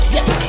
Yes